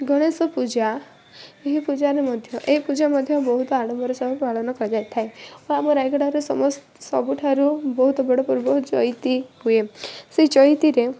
ଗଣେଶ ପୂଜା ଏହି ପୂଜାରେ ମଧ୍ୟ ଏହି ପୂଜା ମଧ୍ୟ ବହୁତ ଆଡ଼ମ୍ବର ସହ ପାଳନ କରାଯାଇଥାଏ ଓ ଆମ ରାୟଗଡ଼ାର ସବୁଠାରୁ ବହୁତ ବଡ଼ ପର୍ବ ଚଇତି ହୁଏ ସେଇ ଚଇତିରେ